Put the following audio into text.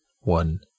one